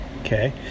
Okay